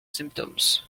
symptoms